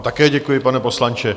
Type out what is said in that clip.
Také vám děkuji, pane poslanče.